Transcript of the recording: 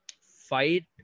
fight